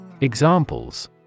Examples